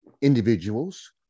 individuals